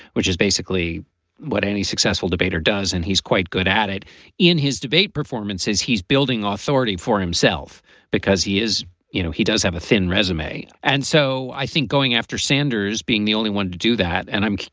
which is basically what any successful debater does. and he's quite good at it in his debate performances. he's building authority for himself because he is you know, he does have a thin resume. and so i think going after sanders being the only one to do that. and i'm.